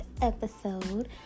episode